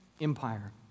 Empire